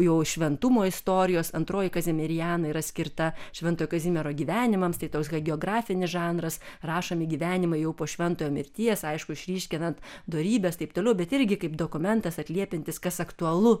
jau šventumo istorijos antroji kazimirjena yra skirta švento kazimiero gyvenimams tai toks hagiografinis žanras rašomi gyvenimai jau po šventojo mirties aišku išryškinant dorybes taip toliau bet irgi kaip dokumentas atliepiantis kas aktualu